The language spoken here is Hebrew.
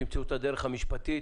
תמצאו את הדרך המשפטית